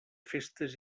festes